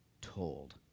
told